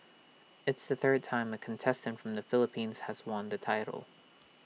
it's the third time A contestant from the Philippines has won the title